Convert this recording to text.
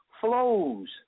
flows